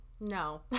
No